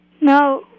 No